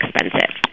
expensive